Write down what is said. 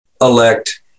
elect